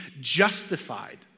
justified